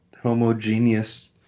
homogeneous